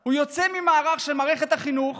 הוא יוצא מהמערך של מערכת החינוך